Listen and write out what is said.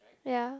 ya